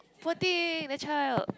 poor thing that child